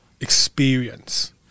experience